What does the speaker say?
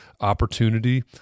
opportunity